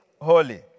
holy